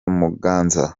muganza